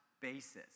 basis